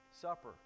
Supper